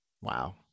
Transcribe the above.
Wow